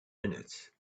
minutes